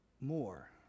more